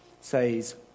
says